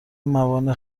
موانع